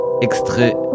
extrait